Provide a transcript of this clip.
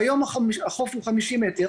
כיום החוף הוא 50 מטר,